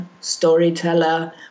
storyteller